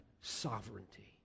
sovereignty